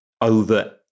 over